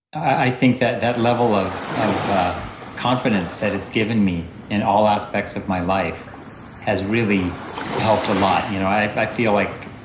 i think that that level of of ah confidence that it's given me in all aspects of my life has really helped a lot, you know, i like feel like